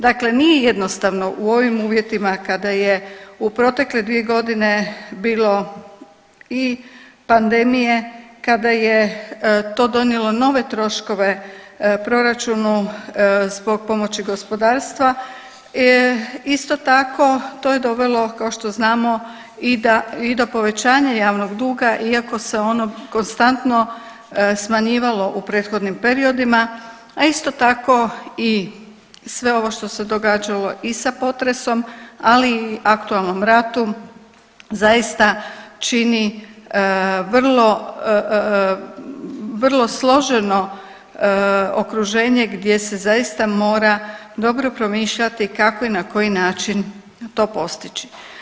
Dakle, nije jednostavno u ovim uvjetima kada je u protekle dvije godine bilo i pandemije, kada je to donijelo nove troškove proračunu zbog pomoći gospodarstva, isto tako to je dovelo kao što znamo i do povećanja javnog duga iako se ono konstantno smanjivalo u prethodnim periodima, a isto tako i sve ovo što se događalo i sa potresom, ali i aktualnom ratu zaista čini vrlo složeno okruženje gdje se zaista mora dobro promišljati kako i na koji način to postići.